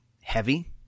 heavy